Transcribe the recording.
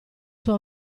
suo